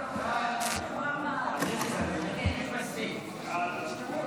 חוק הרשויות המקומיות (מימון בחירות)